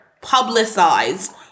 publicized